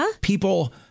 people